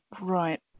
right